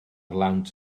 lawnt